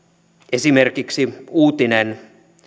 esimerkiksi uutinen